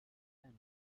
end